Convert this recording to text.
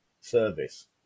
service